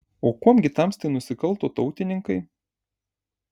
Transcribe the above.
o kuom gi tamstai nusikalto tautininkai